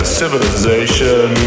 civilization